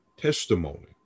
testimony